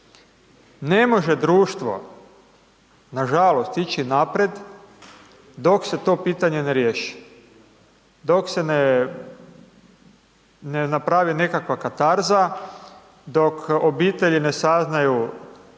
Ne može društvo, nažalost, ići naprijed dok se to pitanje ne riješi, dok se ne napravi nekakva katarza, dok obitelji ne saznaju